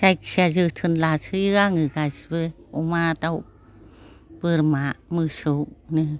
जायखिजाया जोथोन लासोयो आङो गासैबो अमा दाउ बोरमा मोसौनो